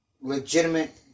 legitimate